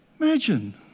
Imagine